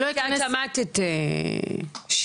את שמעת את שיר.